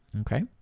okay